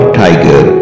tiger